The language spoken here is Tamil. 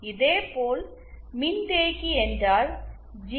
இதேபோல் மின்தேக்கி என்றால் ஜி